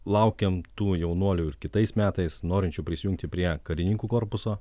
laukiam tų jaunuolių ir kitais metais norinčių prisijungti prie karininkų korpuso